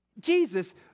Jesus